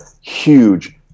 huge